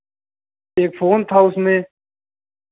एक फ़ोन था उसमें